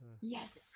Yes